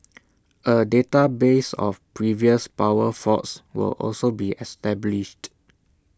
A database of previous power faults will also be established